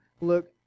look